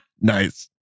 Nice